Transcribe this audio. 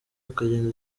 ukagenda